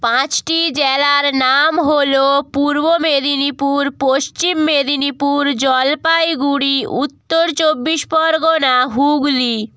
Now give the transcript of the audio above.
পাঁচটি জেলার নাম হলো পূর্ব মেদিনীপুর পশ্চিম মেদিনীপুর জলপাইগুড়ি উত্তর চব্বিশ পরগনা হুগলি